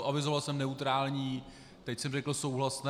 Avizoval jsem neutrální, teď jsem řekl souhlasné.